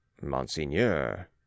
monseigneur